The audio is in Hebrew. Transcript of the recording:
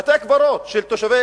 ומה הפתרון המוצע לתושבי